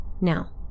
Now